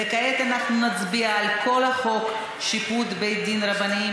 וכעת אנחנו נצביע על כל חוק שיפוט בתי דין רבניים